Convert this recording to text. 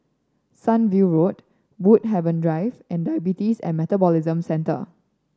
Sunview Road Woodhaven Drive and Diabetes and Metabolism Centre